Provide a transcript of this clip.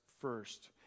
first